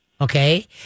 okay